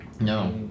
No